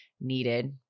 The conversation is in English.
needed